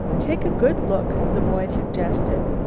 take a good look, the boy suggested.